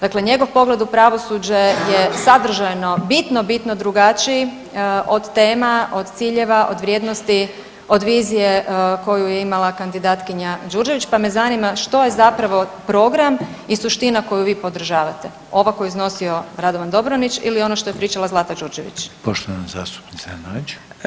Dakle, njegov pogled u pravosuđe je sadržajno bitno bitno drugačiji od tema, od ciljeva, od vrijednosti, od vizije koju je imala kandidatkinja Đurđević, pa me zanima što je zapravo program i suština koju vi podržavate, ova koju je iznosio Radovan Dobronić ili ono što je pričala Zlata Đurđević?